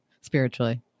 spiritually